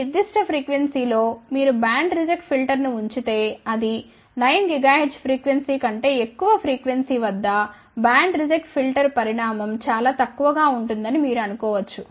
ఈ నిర్దిష్ట ఫ్రీక్వెన్సీలో మీరు బ్యాండ్ రిజెక్ట్ ఫిల్టర్ను ఉంచితేఅది 9 GHz ఫ్రీక్వెన్సీ కంటే ఎక్కువ ఫ్రీక్వెన్సీ వద్ద బ్యాండ్ రిజెక్ట్ ఫిల్టర్ పరిమాణం చాలా తక్కువగా ఉంటుందని మీరు అనుకో వచ్చు